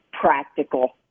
practical